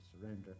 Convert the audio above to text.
surrender